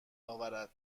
اورد